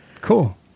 Cool